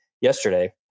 yesterday